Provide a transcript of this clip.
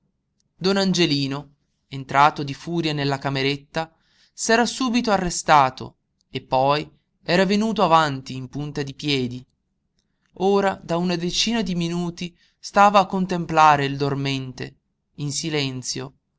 don angelino entrato di furia nella cameretta s'era subito arrestato e poi era venuto avanti in punta di piedi ora da una decina di minuti stava a contemplare il dormente in silenzio